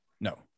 No